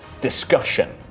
discussion